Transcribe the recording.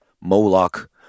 Moloch